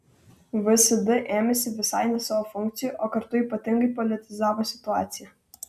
vsd ėmėsi visai ne savo funkcijų o kartu ypatingai politizavo situaciją